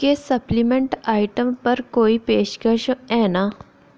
क्या सप्लीमैंट आइटमें पर कोई पेशकशां हैन